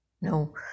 No